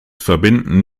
verbinden